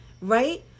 right